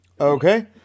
Okay